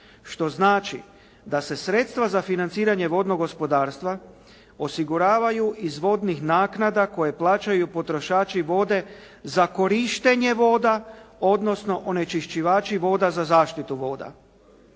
što znači da se sredstva za financiranje vodnog gospodarstva osiguravaju iz vodnih naknada koje plaćaju potrošači vode za korištenje voda odnosno onečišćivači za zaštitu voda.